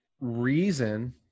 reason